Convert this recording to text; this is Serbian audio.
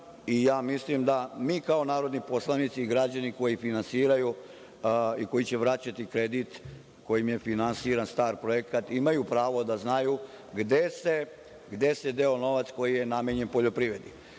i mislim da mi, kao narodni poslanici i građani koji finansiraju i koji će vraćati kredit kojim je finansiran STAR projekat, imaju pravo da znaju gde se deo novac koji je namenjen poljoprivredi.S